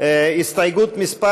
הסתייגות מס'